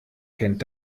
kennt